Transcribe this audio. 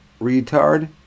RETARD